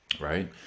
Right